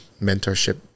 mentorship